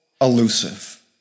elusive